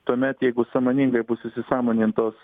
tuomet jeigu sąmoningai bus įsisąmonintos